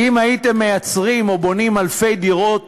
אם הייתם מייצרים או בונים אלפי דירות